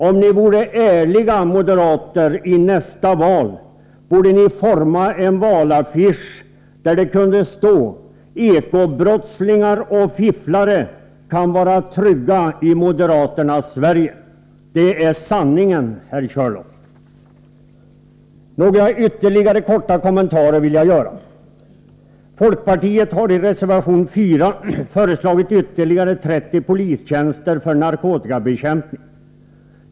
Om ni moderater vore ärliga, borde ni till nästa val utforma en valaffisch där det kunde stå: ”Ekobrottslingar och fifflare kan vara trygga i moderaternas Sverige.” Det är sanningen, herr Körlof. Ännu några korta kommentarer vill jag göra. Folkpartiet har i reservation 4 föreslagit ytterligare 30 polistjänster för narkotikabekämpning.